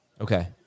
Okay